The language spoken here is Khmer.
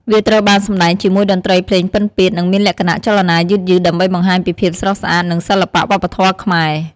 វាត្រូវបានសម្តែងជាមួយតន្ត្រីភ្លេងពិណពាទ្យ និងមានលក្ខណៈចលនាយឺតៗ ដើម្បីបង្ហាញពីភាពស្រស់ស្អាត និងសិល្បៈវប្បធម៌ខ្មែរ។